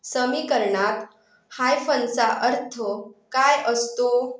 समीकरणात हायफनचा अर्थ काय असतो